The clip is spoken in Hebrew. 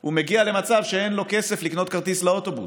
הוא מגיע למצב שאין לו כסף לקנות כרטיס לאוטובוס.